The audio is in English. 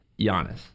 Giannis